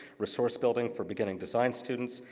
resource building for beginning design students,